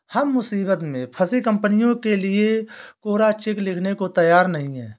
हम मुसीबत में फंसी कंपनियों के लिए कोरा चेक लिखने को तैयार नहीं हैं